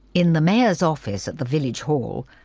in the mayor's office at the village hall,